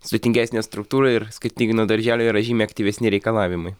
sudėtingesnė struktūra ir skirtingai nuo darželio yra žymiai aktyvesni reikalavimai